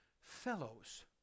fellows